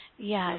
Yes